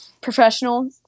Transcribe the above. professional